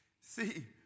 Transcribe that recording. See